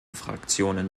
fraktionen